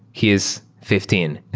he is fifteen.